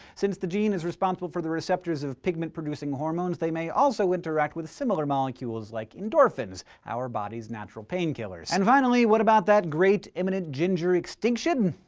since the gene is responsible for the receptors of pigment-producing hormones, they may also interact with similar molecules like endorphins, our body's natural painkillers. and finally, what about that great imminent ginger extinction?